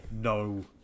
no